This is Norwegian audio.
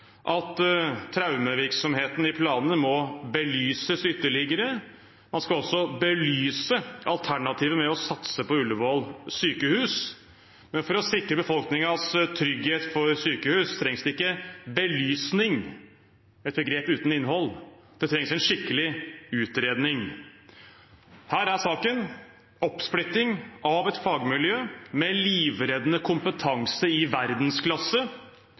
at traumevirksomheten i planene må belyses ytterligere. Man skal altså belyse alternativet med å satse på Ullevål sykehus. Men for å sikre befolkningens trygghet for sykehus trengs det ikke belysning – et begrep uten innhold – det trengs en skikkelig utredning. Her er saken oppsplitting av et fagmiljø med livreddende kompetanse i verdensklasse.